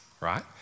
right